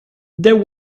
there